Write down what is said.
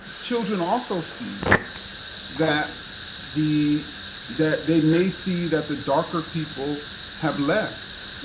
children also see that the that they may see that the darker people have less.